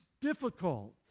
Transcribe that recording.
difficult